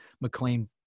McLean